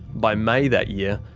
by may that year,